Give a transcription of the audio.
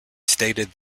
stated